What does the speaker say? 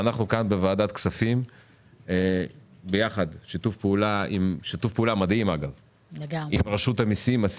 בוועדת הכספים, בשיתוף פעולה מדהים עם רשות המסים,